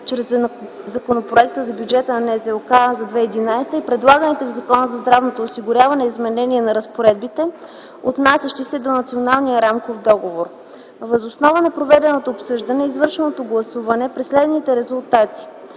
чрез Законопроекта за бюджета на НЗОК за 2011 г. и предлаганите в Закона за здравното осигуряване изменения на разпоредбите, отнасящи се до Националния рамков договор. Въз основа на проведеното обсъждане и извършеното гласуване при следните резултати: